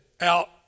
out